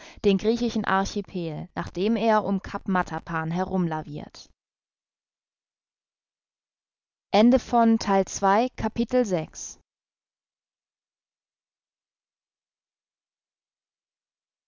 den griechischen archipel nachdem er um cap matapan herum lavirt